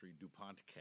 Dupont